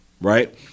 right